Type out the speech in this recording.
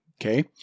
okay